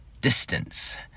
Distance